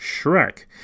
Shrek